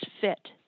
fit